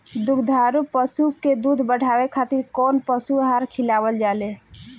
दुग्धारू पशु के दुध बढ़ावे खातिर कौन पशु आहार खिलावल जाले?